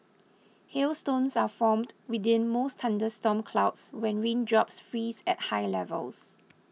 hailstones are formed within most thunderstorm clouds when raindrops freeze at high levels